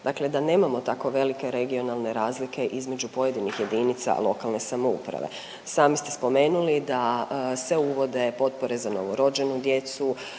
Dakle, da nemamo tako velike regionalne razlike između pojedinih jedinica lokalne samouprave. Sami ste spomenuli da se uvode potpore za novorođenu djecu,